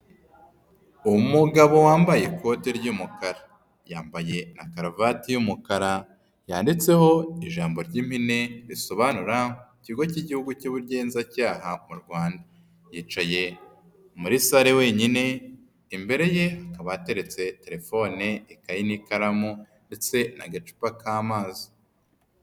Umugabo wambaye ikote ry'umukara, yambaye na karuvati y'umukara yanditseho ijambo ry'impine risobanura Ikigo k'Igihugu cy'Ubugenzacyaha mu Rwanda. Yicaye muri sale wenyine, imbere ye hakaba hateretse telefone, ikayi n'ikaramu ndetse n'agacupa k'amazi.